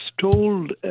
told